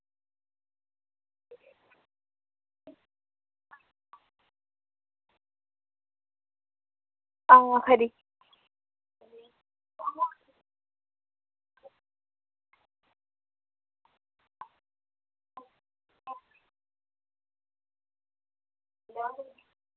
ओह् खरी